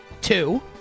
two